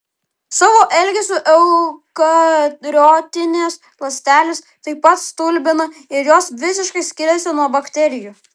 savo elgesiu eukariotinės ląstelės taip pat stulbina ir jos visiškai skiriasi nuo bakterijų